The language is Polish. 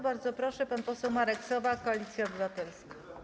Bardzo proszę, pan poseł Marek Sowa, Koalicja Obywatelska.